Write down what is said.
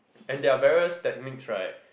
and there are various techniques right